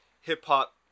hip-hop